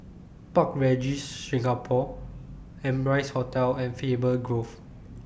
Park Regis Singapore Amrise Hotel and Faber Grove